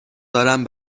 دارم